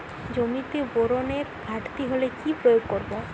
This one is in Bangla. জমিতে বোরনের ঘাটতি হলে কি প্রয়োগ করব?